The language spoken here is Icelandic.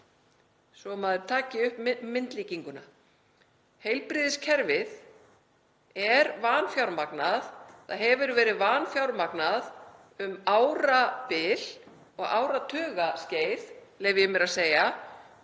að maður taki upp myndlíkinguna. Heilbrigðiskerfið er vanfjármagnað, það hefur verið vanfjármagnað um árabil og áratugaskeið, leyfi ég mér að segja,